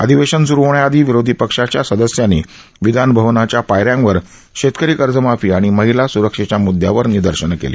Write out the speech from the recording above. अधिवेशन सुरू होण्याआधी विरोधी पक्षाच्या सदस्यांनी विधानभवनाच्या पायऱ्यांवर शेतकरी कर्जमाफी आणि महिला स्रक्षेच्या मुदुदांवर निदर्शनं केली